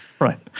Right